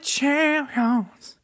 Champions